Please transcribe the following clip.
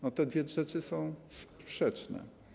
No, te dwie rzeczy są sprzeczne.